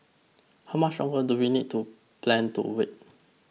how much longer do we need to plan to wait